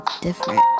different